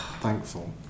thankful